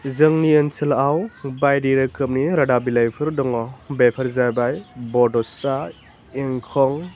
जोंनि ओनसोलाव बायदि रोखोमनि रादाब बिलाइफोर दङ बेफोर जाबाय बड'सा इंखं